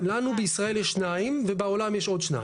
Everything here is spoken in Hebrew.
לנו בישראל יש שניים ובעולם יש עוד שניים.